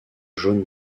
jaune